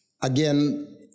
Again